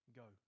go